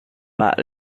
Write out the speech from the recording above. pak